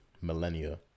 millennia